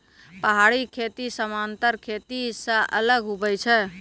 पहाड़ी खेती समान्तर खेती से अलग हुवै छै